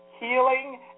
Healing